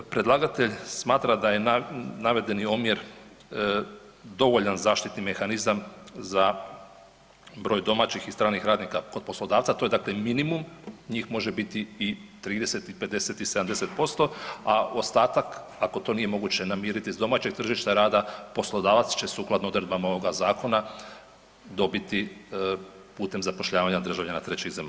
Predlagatelj smatra da je navedeni omjer dovoljan zaštitni mehanizam za broj domaćih i stranih radnika kod poslodavca, to je dakle minimum, njih može biti i 30 i 50 i 70%, a ostatak ako to nije moguće namiriti s domaćeg tržišta rada poslodavac će sukladno odredbama ovoga zakona dobiti putem zapošljavanja državljana trećih zemalja.